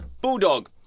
Bulldog